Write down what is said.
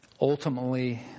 Ultimately